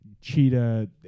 Cheetah